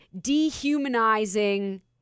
dehumanizing